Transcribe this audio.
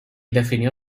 definió